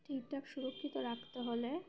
ঠিকঠাক সুরক্ষিত রাখতে হলে